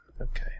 Okay